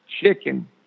chicken